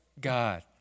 god